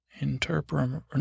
Interpreter